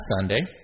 Sunday